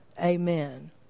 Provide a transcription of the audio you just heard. Amen